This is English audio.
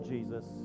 Jesus